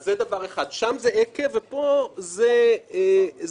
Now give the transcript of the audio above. זה דבר אחד, שם זה עקב ופה זה "לאחר".